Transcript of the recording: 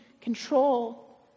control